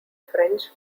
french